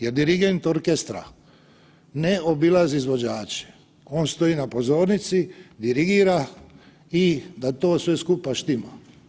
Jer dirigent orkestra ne obilazi izvođače, on stoji na pozornici, dirigira i da to sve skupa štima.